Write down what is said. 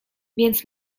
więc